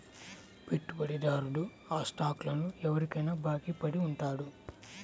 పెట్టుబడిదారుడు ఆ స్టాక్లను ఎవరికైనా బాకీ పడి ఉంటాడు